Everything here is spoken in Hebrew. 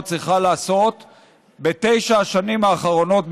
הייתה צריכה לעשות בתשע השנים האחרונות,